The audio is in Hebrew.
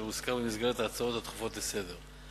אשר הוזכר בהצעות הדחופות לסדר-היום.